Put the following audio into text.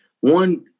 one